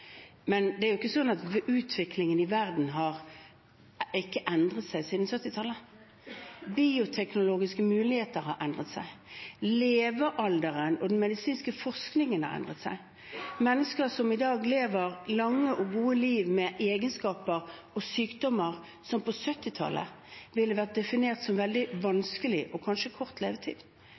Men det er jo ikke slik at utviklingen i verden ikke har endret seg siden 1970-tallet. Bioteknologiske muligheter har endret seg, levealderen og den medisinske forskningen har endret seg. Mennesker i dag lever et langt og godt liv med egenskaper og sykdommer som på 1970-tallet ville vært definert som veldig vanskelige, og kanskje med kort